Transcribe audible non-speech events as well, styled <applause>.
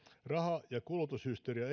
raha ja kulutushysteria <unintelligible>